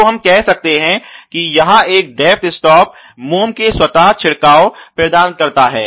तो हम कह सकते हैं कि यह एक डेप्थ स्टॉप मोम के स्वत छिड़काव प्रदान करता है